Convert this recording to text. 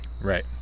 Right